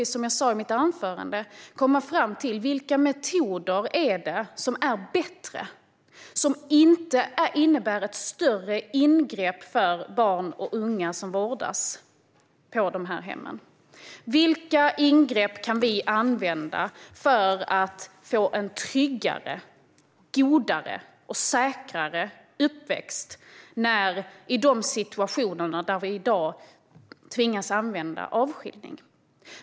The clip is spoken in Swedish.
Som jag sa i mitt anförande måste vi komma fram till vilka metoder som är bättre, som inte innebär ett större ingrepp för barn och unga som vårdas på dessa hem. Vilka ingrepp kan vi använda för att få en tryggare, godare och säkrare uppväxt i de situationer där vi i dag tvingas använda avskiljning?